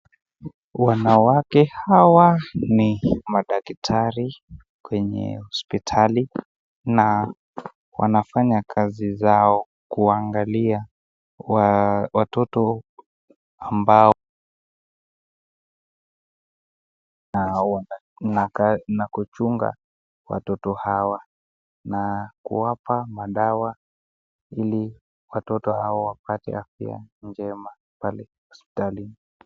Wanawake hawa ni madaktari kwenye hospitali na wanafanya kazi zao kuangalia watoto na kuchunga watoto hawa na kuwapa madawa ili watoto hawa wapate afya njema pale hospitalini.